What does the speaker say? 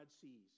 sees